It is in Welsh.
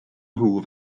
nhw